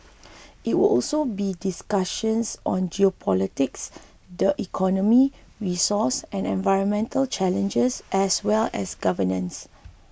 there will also be discussions on geopolitics the economy resource and environmental challenges as well as governance